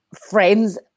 friends